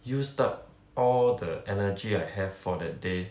used up all the energy I have for that day